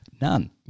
None